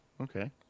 Okay